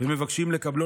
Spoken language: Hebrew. ומבקשים לקבלו,